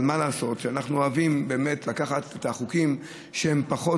אבל מה לעשות שאנחנו אוהבים לקחת את החוקים שהם יותר